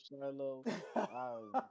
Shiloh